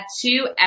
two